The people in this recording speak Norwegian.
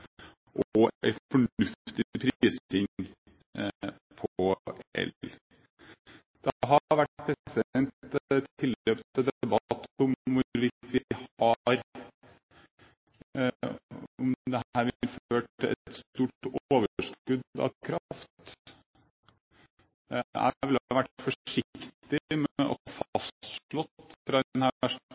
og en fornuftig prising på el. Det har vært tilløp til debatt om hvorvidt dette vil føre til et stort overskudd av kraft. Jeg ville ha vært forsiktig med å fastslå fra